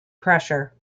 pressure